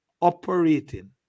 operating